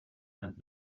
and